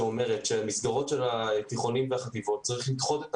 שאומרת שהמסגרות של התיכונים והחטיבות צריך לדחות את